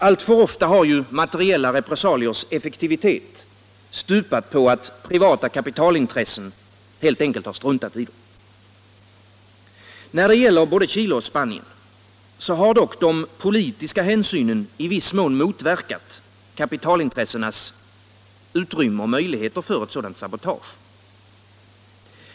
Alltför ofta har materiella repressaliers effektivitet stupat på att privata kapitalintressen helt enkelt har struntat i dem. När det gäller både Chile och Spanien har dock de politiska hänsynen i viss mån motverkat kapitalintressenas utrymme för och möjligheter till ett sådant sabotage.